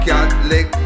Catholic